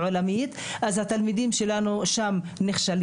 אז שם התלמידים שלנו נכשלים.